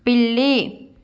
పిల్లి